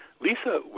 Lisa